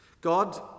God